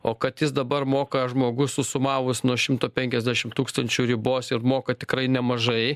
o kad jis dabar moka žmogus susumavus nuo šimto penkiasdešimt tūkstančių ribos ir moka tikrai nemažai